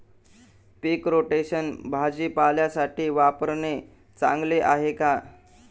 पीक rotation भाजीपाल्यासाठी वापरणे चांगले आहे का?